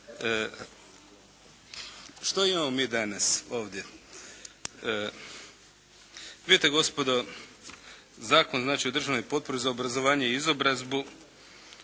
Što imamo mi danas ovdje? Vidite gospodo Zakon znači o državnoj potpori za obrazovanje i izobrazbu,